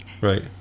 right